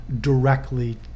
directly